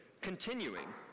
continuing